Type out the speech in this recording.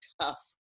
tough